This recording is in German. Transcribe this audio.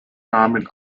namen